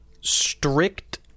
strict